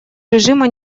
режима